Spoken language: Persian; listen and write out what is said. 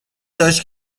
داشت